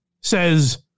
says